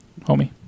homie